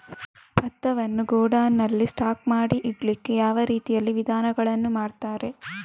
ಭತ್ತವನ್ನು ಗೋಡೌನ್ ನಲ್ಲಿ ಸ್ಟಾಕ್ ಮಾಡಿ ಇಡ್ಲಿಕ್ಕೆ ಯಾವ ರೀತಿಯ ವಿಧಾನಗಳನ್ನು ಮಾಡ್ತಾರೆ?